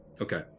Okay